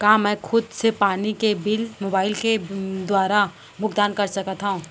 का मैं खुद से पानी के बिल मोबाईल के दुवारा भुगतान कर सकथव?